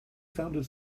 founded